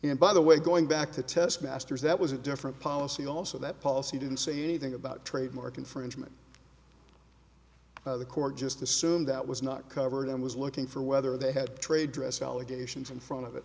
and by the way going back to test masters that was a different policy also that policy didn't say anything about trademark infringement by the court just assume that was not covered and was looking for whether they had trade dress allegations in front of